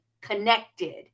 connected